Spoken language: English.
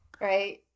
right